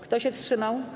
Kto się wstrzymał?